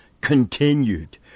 continued